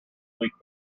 weak